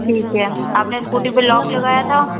ठीक है आपने स्कूटी पे लॉक लगाया था